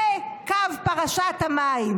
זה קו פרשת המים.